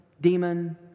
demon